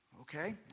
Okay